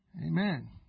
Amen